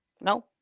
No